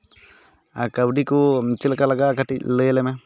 ᱟᱨ ᱠᱟᱹᱣᱰᱤ ᱠᱚ ᱪᱮᱫᱞᱮᱠᱟ ᱞᱟᱜᱟᱜᱼᱟ ᱠᱟᱹᱴᱤᱡ ᱞᱟᱹᱭᱟᱞᱮᱢᱮ